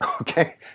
okay